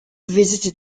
visited